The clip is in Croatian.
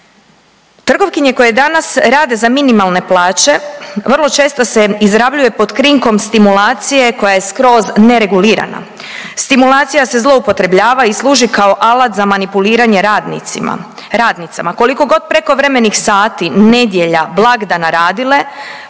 Trgovkinje koje danas rade za minimalne plaće vrlo često se izrabljuje pod krinkom stimulacije koja je skroz neregulirana. Stimulacija se zloupotrebljava i služi kao alat za manipuliranje radnicima, radnicama. Koliko god prekovremenih sati nedjelja, blagdana radile